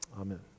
Amen